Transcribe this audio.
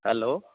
hello